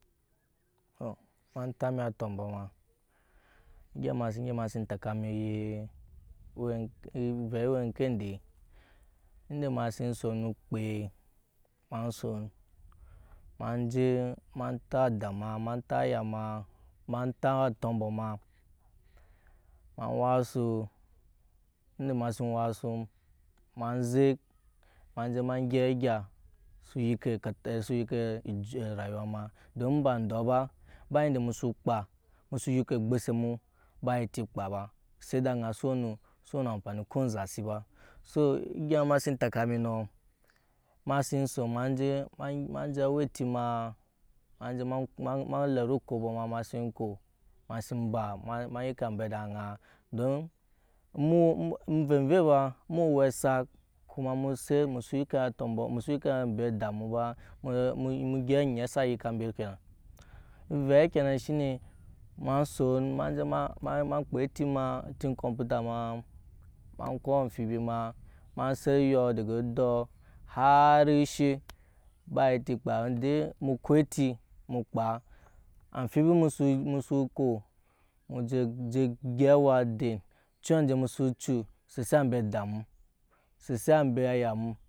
To ma tap mii atobo ma egya mase we mase teka mi owe ke ove we ke edɛ idɛ mase son no okpɛ ma son ma je matap ada ma tap aya ma-ma tap atoboma ma wak asu idɛ mase egya sa yike kata sa yike ejut so yike orayuwa ma dom ba doba mu ba eti kpa ba eset ede ana so weno so wena amsani ko ezesi ba so egya mase tɛka mino mase son maje-maje awe etima maje ma kpo ma lero okobo mase ko ma emu mu owɛ sak koma mu set muso yike atobo muso yike ambe adamu ba muwe mu gyap oŋɛ shine ma son maje ma kpa eti ma eti kɔpota ma ma ko amfibi ma a set yu de ke do har oshe ba eti kpa ba edɛ mu ko eti mu kpa amfibi muso-musoko mu je-je gyap awa dɛn cu aje muso cu sese ambe ada mu sese embe aya mu